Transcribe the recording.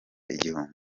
igihumbi